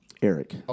Eric